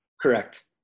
Correct